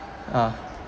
ah